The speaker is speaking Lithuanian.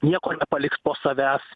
nieko nepalikt po savęs